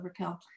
overkill